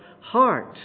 heart